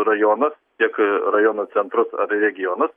rajonus tiek rajonų centrus ar regionus